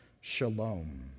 shalom